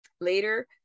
Later